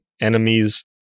enemies